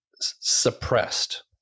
suppressed